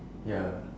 ya